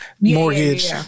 mortgage